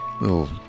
little